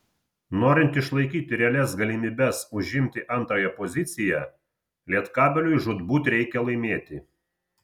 norint išlaikyti realias galimybes užimti antrąją poziciją lietkabeliui žūtbūt reikia laimėti